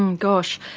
um gosh,